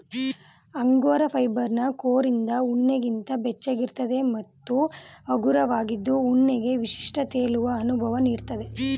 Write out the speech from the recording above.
angora ಫೈಬರ್ನ ಕೋರಿಂದ ಉಣ್ಣೆಗಿಂತ ಬೆಚ್ಚಗಿರ್ತದೆ ಮತ್ತು ಹಗುರವಾಗಿದ್ದು ಉಣ್ಣೆಗೆ ವಿಶಿಷ್ಟ ತೇಲುವ ಅನುಭವ ನೀಡ್ತದೆ